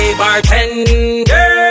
bartender